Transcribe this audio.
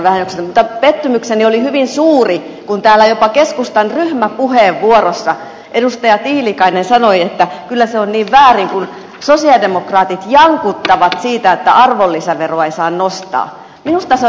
mutta pettymykseni oli hyvin suuri kun täällä jopa keskustan ryhmäpuheenvuorossa edustaja tiilikainen sanoi että kyllä se on niin väärin kun sosialidemokraatit jankuttavat siitä että arvonlisäveroa ei saa nostaa